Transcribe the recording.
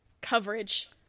coverage